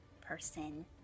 Person